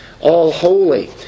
all-holy